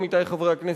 עמיתי חברי הכנסת,